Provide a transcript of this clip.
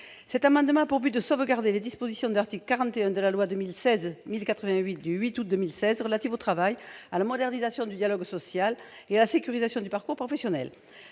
Cet amendement a pour but de sauvegarder les dispositions de l'article 41 de la loi n° 2016-1088 du 8 août 2016 relative au travail, à la modernisation du dialogue social et à la sécurisation des parcours professionnels.